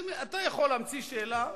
אתה יכול להמציא שאלה,